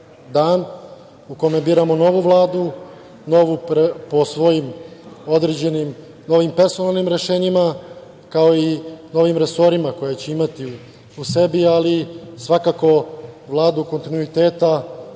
dan u kome biramo novu Vladu, novu po svojim određenim personalnim rešenjima, kao i novim resorima koje će imati u sebi, ali svakako Vladu u kontinuiteta